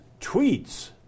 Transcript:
tweets